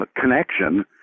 connection